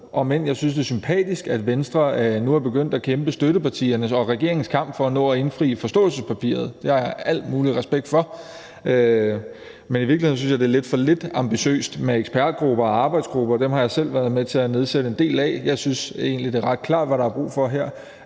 end jeg synes, det er sympatisk, at Venstre nu er begyndt at kæmpe støttepartiernes og regeringens kamp for at nå at indfri forståelsespapiret – det har jeg al mulig respekt for – men i virkeligheden synes jeg, det er for lidt ambitiøst med ekspertgrupper og arbejdsgrupper, som jeg selv har været med til at nedsætte en del af. Jeg synes egentlig, det er ret klart, hvad der er brug for her,